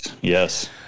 yes